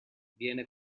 viene